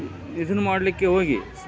ಇದನ್ ಮಾಡಲಿಕ್ಕೆ ಹೋಗಿ